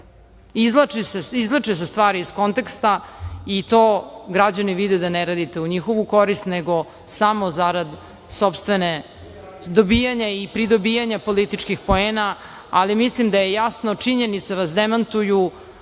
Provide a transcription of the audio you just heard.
se stvari iz konteksta i to građani vide, da ne radite u njihovu korist, nego samo zarad sopstvene koristi, dobijanja i pridobijanja političkih poena, ali mislim da je jasno, činjenice vas demantuju,